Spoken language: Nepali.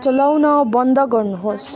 चलाउन बन्द गर्नुहोस्